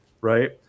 right